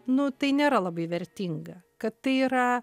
nu tai nėra labai vertinga kad tai yra